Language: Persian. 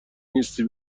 نیستی